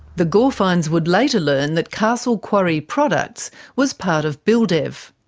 the gorfines would later learn that castle quarry products was part of buildev,